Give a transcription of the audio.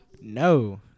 no